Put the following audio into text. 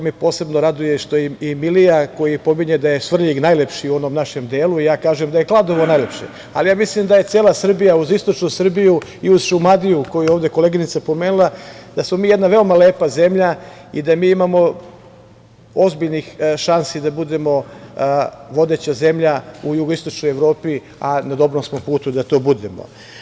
Meni je drago što je koleginica prethodno, i to me posebno raduje, što je i Milija koji pominje da je Svrljig najlepši u onom našem delu, ja kažem da je Kladovo najlepše, ali ja mislim da je cela Srbija, uz istočnu Srbiju i uz Šumadiju, koju je ovde koleginica pomenula, da smo mi jedna veoma lepa zemlja i da mi imamo ozbiljnih šansi da budemo vodeća zemlja u jugoistočnoj Evropi, a na dobrom smo putu da to budemo.